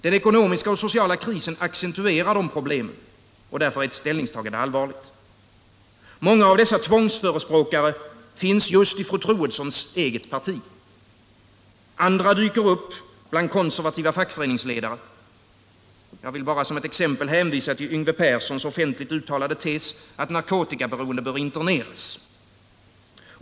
Den ekonomiska och sociala krisen accentuerar de här problemen, och därför är ett ställningstagande allvarligt. Många av dessa tvångsförespråkare finns just i fru Troedssons eget parti. Andra dyker upp bland konservativa fackföreningsledare; jag vill bara hänvisa till Yngve Perssons offentligt uttalade tes, att narkotikaberoende bör interneras.